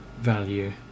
value